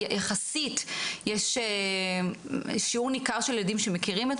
יחסית שיעור ניכר של ילדים מכירים.